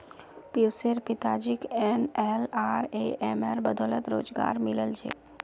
पियुशेर पिताजीक एनएलआरएमेर बदौलत रोजगार मिलील छेक